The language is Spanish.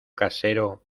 casero